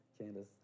Candace